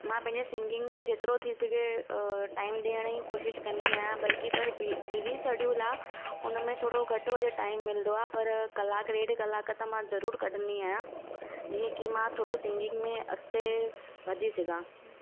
हिंजे singing खे जेतिरो थी सघे टाइम ॾियण जी कोशिशि कंदी आहियां बल्की पर बि बिज़ी सडूल आहे उन में थोरो घटि वधि टाइम मिलंदो आहे पर कलाकु ॾेढ कलाकु त मां ज़रूरु कढंदी आहियां जीअं की मां थोरो सिंगिंग में अॻिते वधी सघां